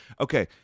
Okay